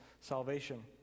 salvation